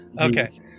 Okay